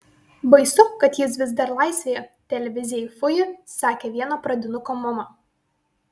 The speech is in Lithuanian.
baisu kad jis vis dar laisvėje televizijai fuji sakė vieno pradinuko mama